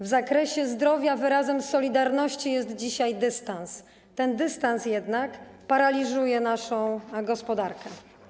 W zakresie zdrowia wyrazem solidarności jest dzisiaj dystans, ten dystans jednak paraliżuje naszą gospodarkę.